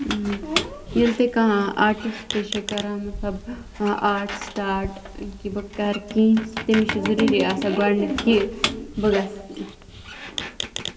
ییٚلہِ تہِ کانہہ آرٹِسٹہٕ چھِ کران مطلب آرٹ سٔٹاٹ کہِ بہٕ کرٕ کیٚںہہ تٔمِس چھُ ضروٗری آسان گۄڈٕنیتھ کہِ بہٕ گژھٕ